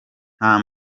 nta